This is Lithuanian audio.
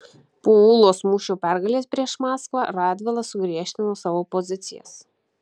po ūlos mūšio pergalės prieš maskvą radvila sugriežtino savo pozicijas